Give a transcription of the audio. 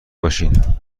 باشین